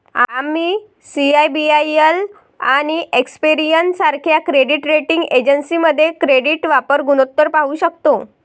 आम्ही सी.आय.बी.आय.एल आणि एक्सपेरियन सारख्या क्रेडिट रेटिंग एजन्सीमध्ये क्रेडिट वापर गुणोत्तर पाहू शकतो